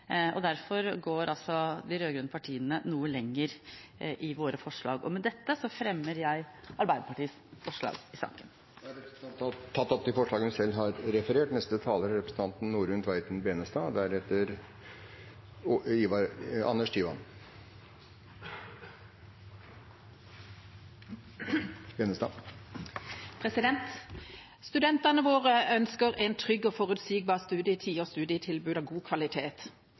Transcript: Derfor går altså de rød-grønne partiene noe lenger i våre forslag. Med dette tar jeg opp forslagene fra Arbeiderpartiet, Senterpartiet og SV i saken. Representanten Marianne Aasen har tatt opp de forslagene hun refererte til. Studentene våre ønsker en trygg og forutsigbar studietid og studietilbud av god kvalitet. De private høyskolene og fagskolene har en viktig plass og er en naturlig del av